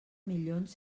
milions